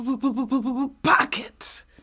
pocket